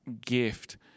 gift